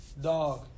dog